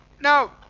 Now